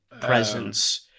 presence